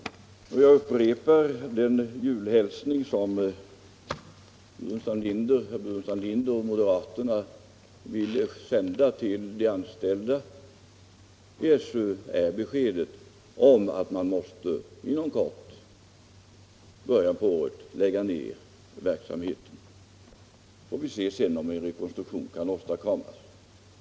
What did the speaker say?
Jag upprepar: Den julhälsning som herr Burenstam Linder och moderaterna vill sända till de anställda i SU är beskedet om att man inom kort — i början på det nya året — måste lägga ner verksamheten. Sedan får vi se om en rekonstruktion kan åstadkommas.